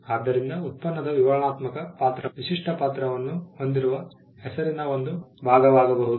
ಆದ್ದರಿಂದ ಉತ್ಪನ್ನದ ವಿವರಣಾತ್ಮಕ ಪಾತ್ರವು ವಿಶಿಷ್ಟ ಪಾತ್ರವನ್ನು ಹೊಂದಿರುವ ಹೆಸರಿನ ಒಂದು ಭಾಗವಾಗಬಹುದು